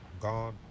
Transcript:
Gone